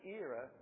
era